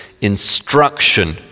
instruction